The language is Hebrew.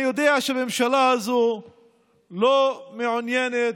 אני יודע שהממשלה הזו לא מעוניינת,